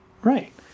right